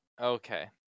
Okay